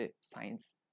science